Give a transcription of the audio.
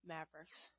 Mavericks